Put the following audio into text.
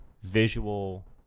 visual